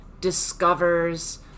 discovers